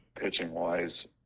pitching-wise